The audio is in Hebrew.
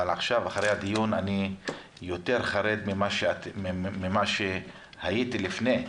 אבל עכשיו אחרי הדיון אני יותר חרד ממה שהייתי לפני כן.